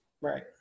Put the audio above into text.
Right